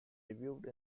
reviewed